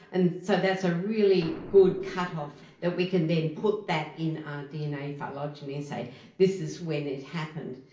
and so that's a really good cut-off that we can then put that in our dna phylogeny and say this is when it happened.